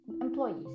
employees